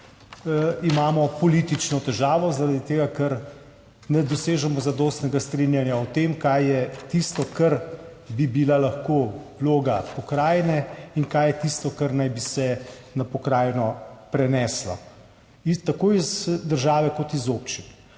imamo politično težavo, zaradi tega, ker ne dosežemo zadostnega strinjanja o tem, kaj je tisto, kar bi bila lahko vloga pokrajine, in kaj je tisto, kar naj bi se na pokrajino preneslo tako iz države kot iz občin.